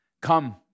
Come